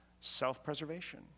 self-preservation